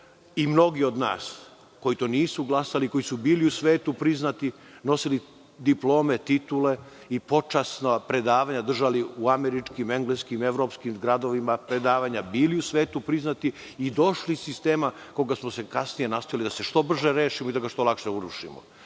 i mnogi od nas koji to nisu glasi, koji su bili u svetu priznati, nosili diplome, titule i počasna predavanja držali u američkim, engleskim, evropskim gradovima, bili u svetu priznati i došli iz sistema koga smo kasnije nastojali da se što brže rešimo i da ga što lakše urušimo.